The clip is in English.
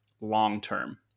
long-term